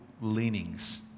leanings